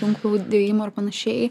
tinklų dėjimo ir panašiai